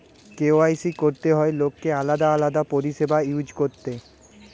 KYC করতে হয় লোককে আলাদা আলাদা পরিষেবা ইউজ করতে